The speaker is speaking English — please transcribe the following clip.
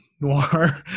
noir